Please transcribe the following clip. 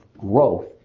growth